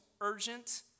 urgent